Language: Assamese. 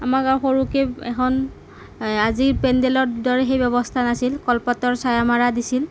আমাক আও সৰুকে এখন আজিৰ পেণ্ডেলৰ দৰে সেই ব্যৱস্থা নাছিল কলপাতৰ ছায়া মৰা দিছিল